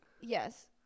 Yes